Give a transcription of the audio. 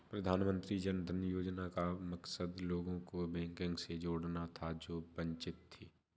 प्रधानमंत्री जन धन योजना का मकसद लोगों को बैंकिंग से जोड़ना था जो वंचित थे